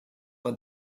for